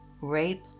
rape